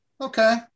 okay